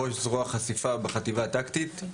ראש זרוע חשיפה בחטיבה הטקטית.